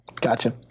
Gotcha